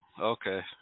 Okay